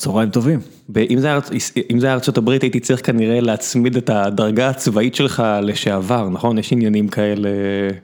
צהרים טובים, אם זה ארצות הברית הייתי צריך כנראה להצמיד את הדרגה הצבאית שלך לשעבר נכון יש עניינים כאלה.